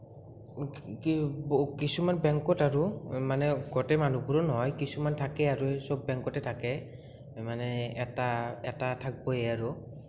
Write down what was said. কিছুমান বেংকত আৰু মানে গোটেই মানুহবোৰো নহয় কিছুমান থাকে আৰু সব বেংকতে থাকে মানে এটা এটা থাকিবয়ে আৰু